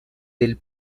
del